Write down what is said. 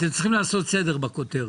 אתם צריכים לעשות סדר בכותרת,